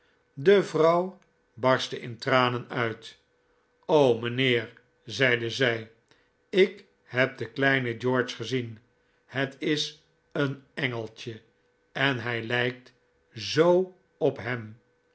de vrouw barstte in tranen uit mijnheer zeide zij ik heb den kleinen george gezien het is een engeltje en hij lijkt zoo op hem